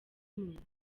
muntu